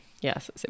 Yes